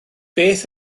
beth